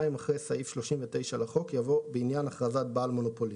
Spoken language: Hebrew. אחרי "סעיף 39 לחוק" יבוא "בעניין הכרזה על בעל המונופולין".